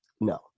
No